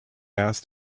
asked